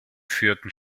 führten